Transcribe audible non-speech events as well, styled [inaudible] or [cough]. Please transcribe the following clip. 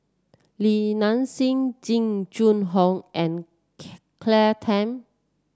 Li Nanxing Jing Jun Hong and [unintelligible] Claire Tham